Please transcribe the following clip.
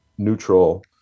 neutral